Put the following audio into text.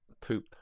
Poop